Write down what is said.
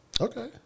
Okay